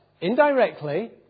indirectly